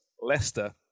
Leicester